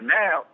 now